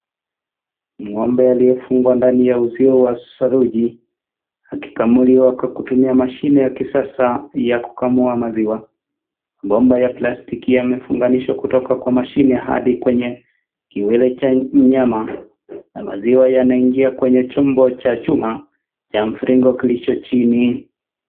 Ng'ombe aliyefungwa ndani ya uziwa wa saruji akikamuliwa kwa kutumika machine wa kisasa ya kukamua maziwa. Bomba ya plastic yamefunganishwa kutoka machine hadi kwenye kiwele cha nyama mazaiwa yanaingia kwenye chumbo cha juma cha mviringo kilicho chini